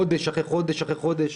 חודש אחרי חודש אחרי חודש.